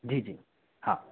जी जी हाँ